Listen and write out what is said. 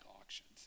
auctions